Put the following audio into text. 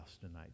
tonight